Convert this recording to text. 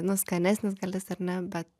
nu skanesnis gal jis ar ne bet